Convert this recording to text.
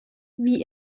wie